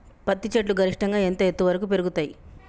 పత్తి చెట్లు గరిష్టంగా ఎంత ఎత్తు వరకు పెరుగుతయ్?